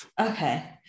Okay